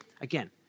again